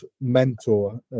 mentor